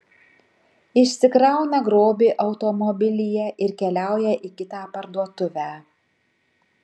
išsikrauna grobį automobilyje ir keliauja į kitą parduotuvę